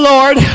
Lord